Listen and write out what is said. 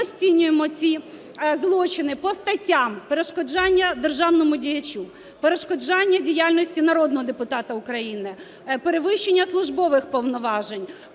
Ми розцінюємо ці злочини по статтям: перешкоджання державному діячу, перешкоджання діяльності народного депутата України, перевищення службових повноважень,